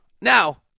Now